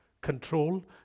Control